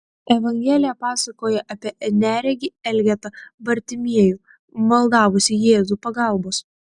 evangelija pasakoja apie neregį elgetą bartimiejų maldavusį jėzų pagalbos